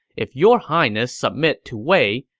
if your highness submit to wei,